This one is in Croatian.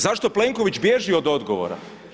Zašto Plenković bježi od odgovora?